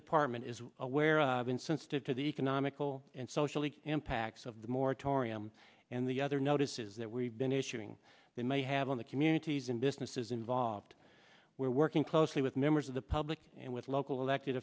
department is aware of insensitive to the economical and social impacts of the moratorium and the other notices that we've been issuing that may have on the communities and businesses involved we're working closely with members of the public and with local elected